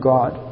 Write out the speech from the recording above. God